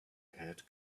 had